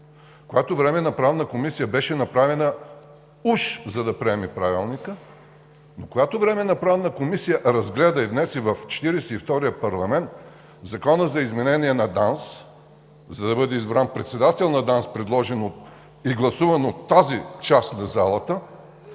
една Временна правна комисия, която беше направена уж за да приеме Правилника, но която Временна правна комисия разгледа и днес, и в Четиридесет и втория парламент Закона за изменение на ДАНС, за да бъде избран председател на ДАНС, предложен и гласуван от тази част на залата